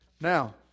Now